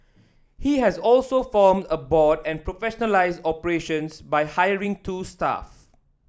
he has also formed a board and professionalised operations by hiring two staff